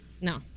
No